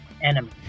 enemy